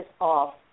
off